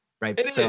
Right